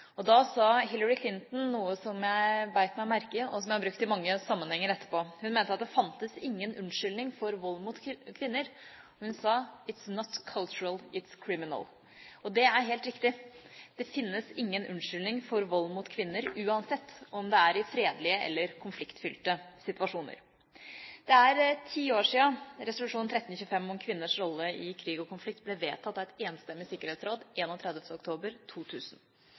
problemstillingen. Da sa Hillary Clinton noe som jeg bet meg merke i, og som jeg har brukt i mange sammenhenger etterpå. Hun mente at det fantes ingen unnskyldning for vold mot kvinner. Hun sa: «It is not cultural; it is criminal.» Det er helt riktig. Det finnes ingen unnskyldning for vold mot kvinner uansett om det er i fredelige eller konfliktfylte situasjoner. Det er ti år siden resolusjon 1325 om kvinners rolle i krig og konflikt ble vedtatt av et enstemmig sikkerhetsråd den 31. oktober 2000.